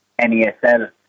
NESL